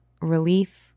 relief